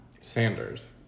Sanders